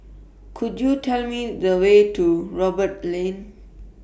Could YOU Tell Me The Way to Roberts Lane